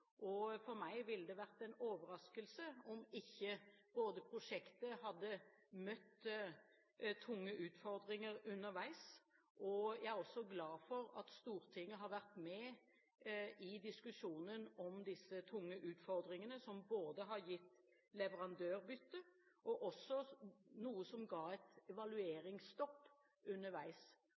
det. For meg ville det vært en overraskelse om ikke prosjektet hadde møtt tunge utfordringer underveis. Jeg er også glad for at Stortinget har vært med i diskusjonen om disse tunge utfordringene, som både har gitt leverandørbytte og en evalueringsstopp underveis.